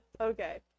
Okay